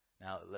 Now